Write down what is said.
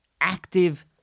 active